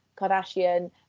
Kardashian